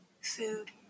food